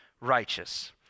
righteous